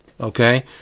okay